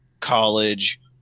college